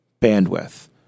bandwidth